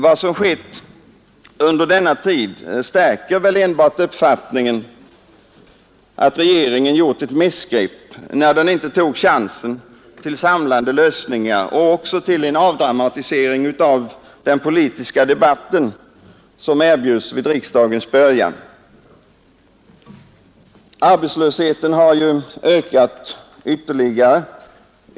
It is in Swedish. Vad som skett under denna tid stärker väl enbart uppfattningen att regeringen gjort ett missgrepp när den inte tog chansen till samlande lösningar och till en avdramatisering av den politiska debatten, som erbjöds vid riksdagens början. Arbetslösheten har ju ökat ytterligare.